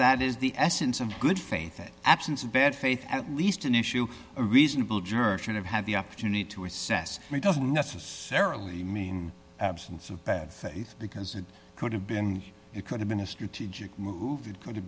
that is the essence of good faith that absence of bad faith at least an issue a reasonable juror should have had the opportunity to assess me doesn't necessarily mean absence of bad faith because it could have been it could have been a strategic move it could have